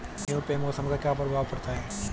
गेहूँ पे मौसम का क्या प्रभाव पड़ता है?